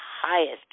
highest